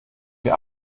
wir